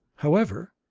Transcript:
however,